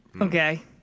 Okay